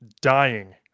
dying